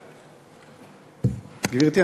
גברתי,